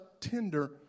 tender